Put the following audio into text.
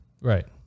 Right